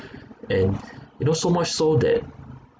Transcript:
and you know so much so that